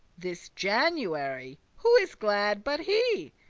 this january, who is glad but he?